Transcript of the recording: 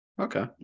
Okay